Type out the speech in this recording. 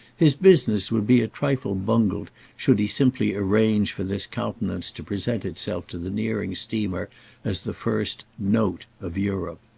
his business would be a trifle bungled should he simply arrange for this countenance to present itself to the nearing steamer as the first note, of europe.